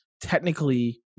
technically